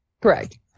Correct